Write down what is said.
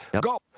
go